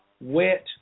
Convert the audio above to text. wet